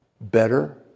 better